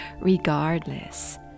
regardless